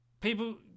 People